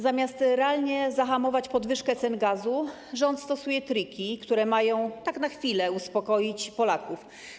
Zamiast realnie zahamować podwyżkę cen gazu, rząd stosuje triki, które mają na chwilę uspokoić Polaków.